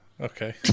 Okay